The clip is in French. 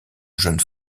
jeune